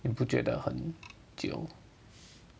你不觉得很久